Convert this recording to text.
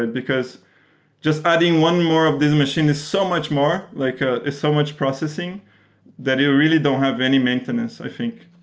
and because just adding one more of these machine is so much more. like ah it's so much processing that you really don't have any maintenance, i think.